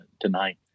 tonight